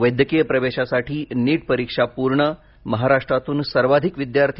वैद्यकीय प्रवेशासाठी नीट परीक्षा पूर्ण महाराष्ट्रातून सर्वाधिक विद्यार्थी